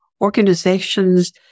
organizations